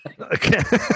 Okay